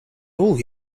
all